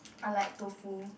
I like tofu